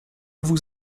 vous